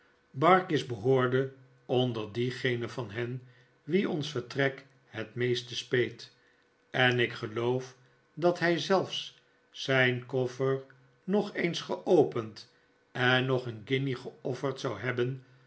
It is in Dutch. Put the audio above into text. barkis behoorde onder diegenen van hen wien ons vertrek het meeste speet en ik geloof dat hij zelfs zijn koffer nog eens geopend en nog een guinje geofferd zou hebben